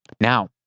Now